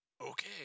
Okay